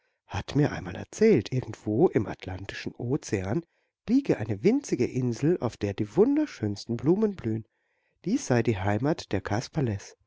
hat mir einmal erzählt irgendwo im atlantischen ozean liege eine winzige insel auf der die wunderschönsten blumen blühen dies sei die heimat der kasperles